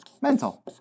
mental